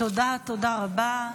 תודה רבה.